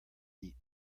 eat